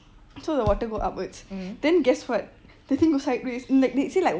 so the water go upwards then guess what the thing go sideways they say like